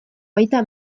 baita